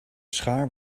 schaar